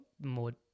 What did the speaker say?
more